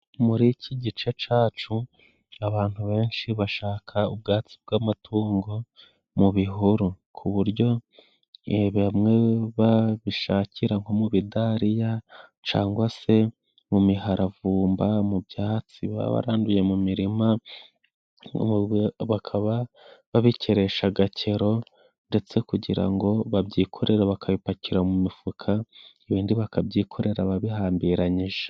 Muri iki gice cyacu abantu benshi bashaka ubwatsi bw'amatungo mu bihuru. Ku buryo bamwe babishakira nko mu bidariya, cyangwa se mu miharavumba, mu byatsi baba baranduye mu mirima, bakaba babikeresha agakero. Ndetse kugira ngo babyikorere bakabipakira mu mifuka, ibindi bakabyikorera babihambiranyije.